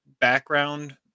background